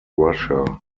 russia